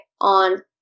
on